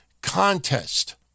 contest